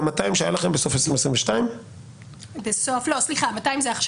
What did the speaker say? וה-200 שהיו לכם בסוף 2022 --- 200 זה עכשיו.